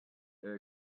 air